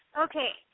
Okay